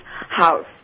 house